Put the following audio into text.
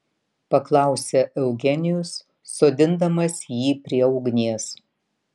paklausė eugenijus sodindamas jį prie ugnies